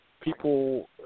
People